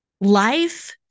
Life